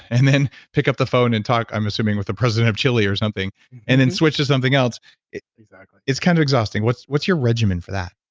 and then pick up the phone and talk, i'm assuming, with the president of chile or something and then switch to something else exactly it's kind of exhausting. what's what's your regimen for that?